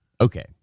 okay